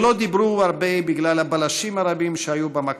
הם לא דיברו הרבה, בגלל הבלשים הרבים שהיו במקום,